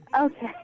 okay